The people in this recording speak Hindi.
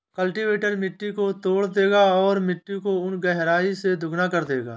कल्टीवेटर मिट्टी को तोड़ देगा और मिट्टी को उन गहराई से दोगुना कर देगा